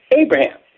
Abraham